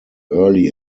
early